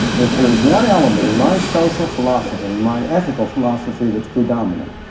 if there is one element in my social philosophy, in my ethical philosophy that's predominant,